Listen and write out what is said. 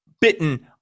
bitten